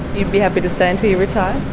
you'd be happy to stay until you retire?